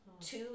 Two